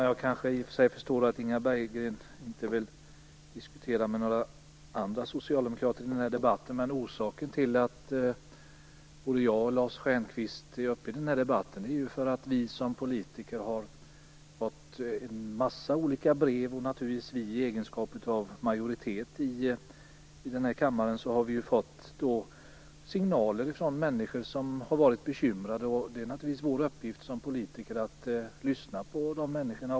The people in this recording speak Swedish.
Fru talman! Jag kan förstå att Inga Berggren inte vill diskutera med några andra socialdemokrater i den här debatten. Men orsaken till att både jag och Lars Stjernkvist deltar i den här debatten är ju att vi som politiker har fått massor av brev. I egenskap av majoritet här i kammaren har vi fått signaler från människor som har varit bekymrade. Det är naturligtvis vår uppgift som politiker att lyssna på dessa människor.